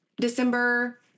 December